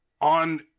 on